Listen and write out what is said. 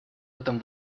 этом